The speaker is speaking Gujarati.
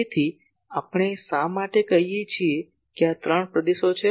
તેથી આપણે શા માટે કહીએ છીએ કે આ ત્રણ વિસ્તાર છે